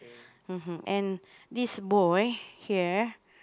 (uh huh) and this boy here